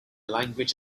language